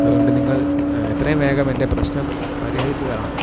അതുകൊണ്ട് നിങ്ങള് എത്രയും വേഗം എന്റെ പ്രശ്നം പരിഹരിച്ച് തരണം